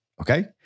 okay